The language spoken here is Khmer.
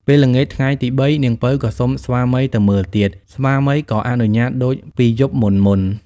ពេលល្ងាចថ្ងៃទី៣ នាងពៅក៏សុំស្វាមីទៅមើលទៀត ស្វាមីក៏អនុញ្ញាតដូចពីយប់មុនៗ។